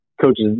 coaches